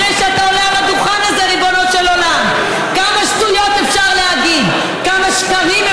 מתוך כוונה לשלב כחלופה לקנס,